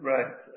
Right